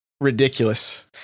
ridiculous